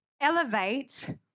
elevate